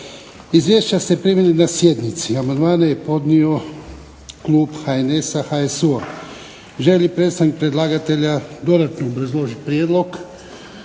Izvješća ste primili na sjednici, amandmane je podnio Klub HNS HSU-a. Želi li predstavnik predlagatelja dodatno obrazložiti prijedlog?